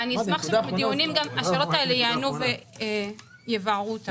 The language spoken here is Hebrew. ואני אשמח שגם בדיונים השאלות האלה ייענו ויבארו אותן.